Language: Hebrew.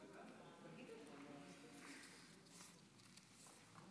אני אגיד בשתי מילים